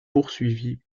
poursuivi